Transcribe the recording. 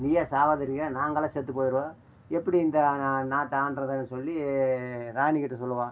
நீயே சவாதிருக்க நாங்கள்லாம் செத்து போயிடுவோம் எப்படி இந்த நா நாட்ட ஆள்றதுனு சொல்லி ராணி கிட்டே சொல்லுவாள்